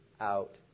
out